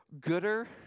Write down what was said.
gooder